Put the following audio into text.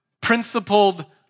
principled